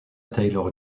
taylor